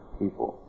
people